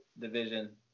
division